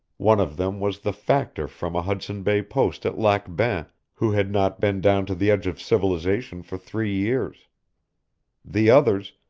one of them was the factor from a hudson bay post at lac bain who had not been down to the edge of civilization for three years the others,